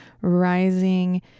rising